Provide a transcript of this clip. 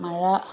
മഴ